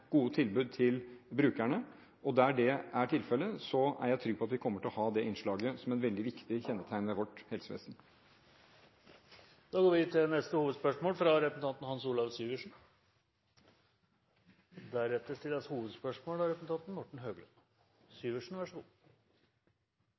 gode tilbud til brukerne, og der det er tilfellet, er jeg trygg på at vi kommer til å ha det innslaget som et veldig viktig kjennetegn ved vårt helsevesen. Da går vi til neste hovedspørsmål.